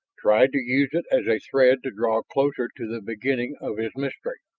tried to use it as a thread to draw closer to the beginning of his mystery.